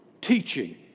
teaching